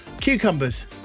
cucumbers